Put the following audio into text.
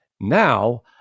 now